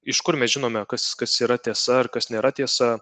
iš kur mes žinome kas kas yra tiesa ar kas nėra tiesa